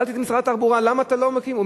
שאלתי את משרד התחבורה: למה אתה לא מקים?